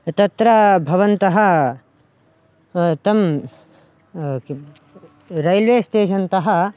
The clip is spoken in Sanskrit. तत्र भवन्तः तं किं रैल्वे स्टेशन्तः